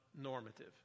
normative